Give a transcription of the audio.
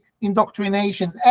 indoctrination